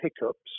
hiccups